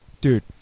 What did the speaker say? Dude